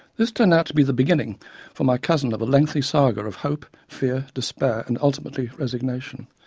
this turned out to be the beginning for my cousin of a lengthy saga of hope, fear, despair and ultimately resignation.